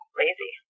lazy